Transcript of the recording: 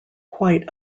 quite